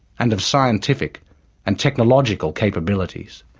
and of scientific and technological capabilities.